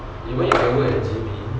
you want you can work at G_V